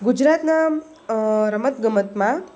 ગુજરાતના રમત ગમતમાં